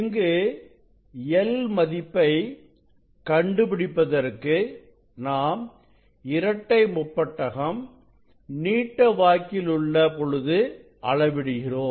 இங்கு l மதிப்பை கண்டுபிடிப்பதற்கு நாம் இரட்டை முப்பட்டகம் நீட்ட வாக்கில் உள்ள பொழுது அள விடுகிறோம்